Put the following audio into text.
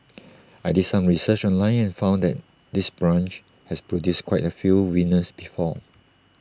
I did some research online and found that this branch has produced quite A few winners before